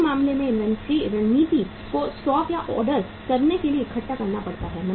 उस मामले में इन्वेंट्री रणनीति को स्टॉक या ऑर्डर करने के लिए इकट्ठा करना पड़ता है